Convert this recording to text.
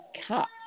cut